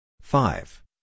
five